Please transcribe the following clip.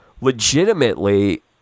legitimately